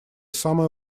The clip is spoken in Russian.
самая